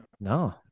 No